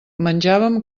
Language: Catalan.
menjàvem